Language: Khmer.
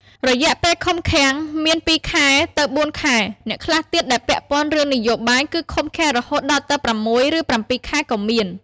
រយៈពេលឃុំឃាំងមាន ២ខែទៅ៤ខែ ខ្លះទៀតដែលពាក់ព័ន្ធរឿងនយោបាយគឺឃុំឃាំងរហូតដល់៦ ឬ ៧ខែក៏មាន។